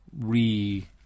re